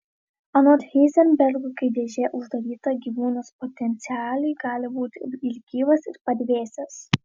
anot heizenbergo kai dėžė uždaryta gyvūnas potencialiai gali būti ir gyvas ir padvėsęs